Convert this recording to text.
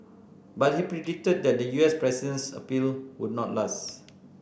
but he predicted that the U S president's appeal would not last